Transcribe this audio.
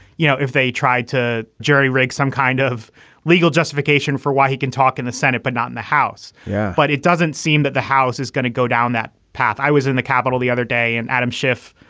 you know, if they tried to jerry rig some kind of legal justification for why he can talk in the senate, but not in the house. yeah but it doesn't seem that the house is going to go down that path. i was in the capitol the other day. and adam schiff,